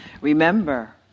Remember